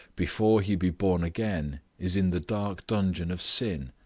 before he be born again, is in the dark dungeon of sin,